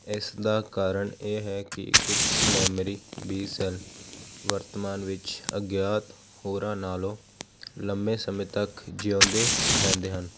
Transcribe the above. ਇਸ ਦਾ ਕਾਰਨ ਇਹ ਹੈ ਕਿ ਕੁਝ ਮੈਮਰੀ ਬੀ ਸੈੱਲ ਵਰਤਮਾਨ ਵਿੱਚ ਅਗਿਆਤ ਹੋਰਾਂ ਨਾਲੋਂ ਲੰਬੇ ਸਮੇਂ ਤੱਕ ਜਿਉਂਦੇ ਰਹਿੰਦੇ ਹਨ